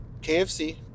KFC